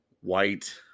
White